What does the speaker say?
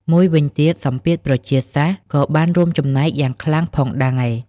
មួយវិញទៀត សម្ពាធប្រជាសាស្រ្ត ក៏បានរួមចំណែកយ៉ាងខ្លាំងផងដែរ។